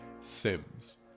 Sims